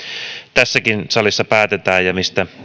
tässäkin salissa päätetään ja mistä